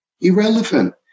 irrelevant